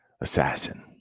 assassin